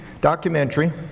documentary